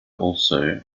also